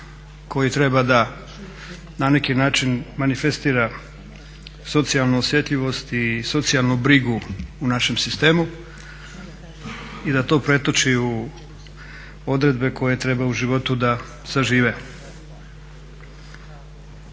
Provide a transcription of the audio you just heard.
koji treba da na neki način manifestira socijalnu osjetljivost i socijalnu brigu u našem sistemu i da to pretoči u odredbe koje treba u životu da sažive.